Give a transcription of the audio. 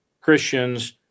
Christians